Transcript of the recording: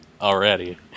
already